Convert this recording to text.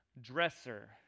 dresser